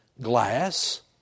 glass